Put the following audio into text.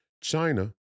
China